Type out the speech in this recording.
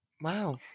Wow